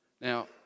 Now